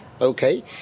okay